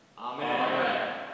Amen